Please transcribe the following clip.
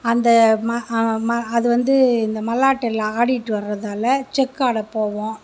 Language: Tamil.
அந்த அது வந்து இந்த மல்லாட்டலாம் ஆடிகிட்டு வர்றதால் செக்காட போவோம்